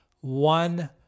one